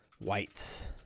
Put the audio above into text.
whites